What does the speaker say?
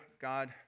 God